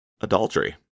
adultery